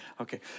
okay